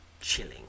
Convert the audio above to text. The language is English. chilling